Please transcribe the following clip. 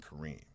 Kareem